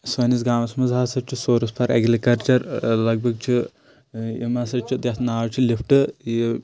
سٲنِس گامَس منٛز ہسا چھِ سورٕس فار ایٚگرِکلچر ٲں لگ بھگ چھِ یِم ہسا چھِ یَتھ ناو چھُ لِفٹہٕ یہِ